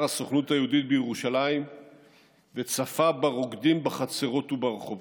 הסוכנות היהודית בירושלים וצפה ברוקדים בחצרות וברחובות.